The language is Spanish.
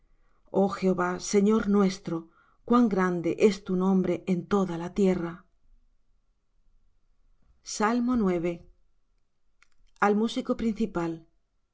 oh jehová señor nuestro cuán grande es tu nombre en toda la tierra al músico principal